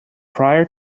prior